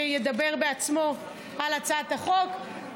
שידבר בעצמו על הצעת החוק.